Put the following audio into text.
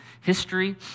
history